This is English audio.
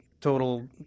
total